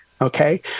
Okay